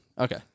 Okay